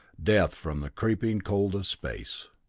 death from the creeping cold of space.